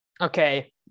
Okay